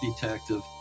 detective